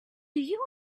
you